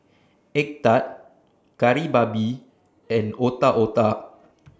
Egg Tart Kari Babi and Otak Otak